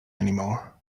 anymore